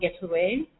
getaway